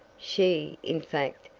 she, in fact,